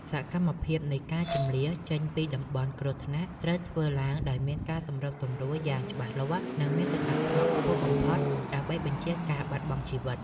សកម្មភាពនៃការជម្លៀសចេញពីតំបន់គ្រោះថ្នាក់ត្រូវធ្វើឡើងដោយមានការសម្របសម្រួលយ៉ាងច្បាស់លាស់ និងមានសណ្តាប់ធ្នាប់ខ្ពស់បំផុតដើម្បីបញ្ជៀសការបាត់បង់ជីវិត។